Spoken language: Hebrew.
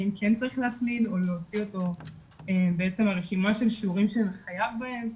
האם צריך להכליל או להוציא אותו בעצם מהרשימה של השיעורים שזה חייב בהם.